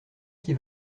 qui